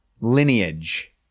lineage